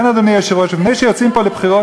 לכן, אדוני היושב-ראש, לפני שיוצאים פה לבחירות,